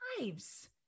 lives